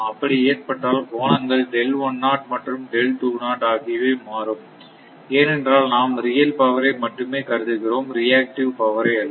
அப்படி ஏற்பட்டால் கோணங்கள்மற்றும் ஆகியவை மாறும் ஏனென்றால் நாம் ரியல் பவரை மட்டுமே கருதுகிறோம் ரியாக்டிவ் பவரை அல்ல